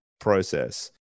process